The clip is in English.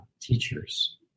teachers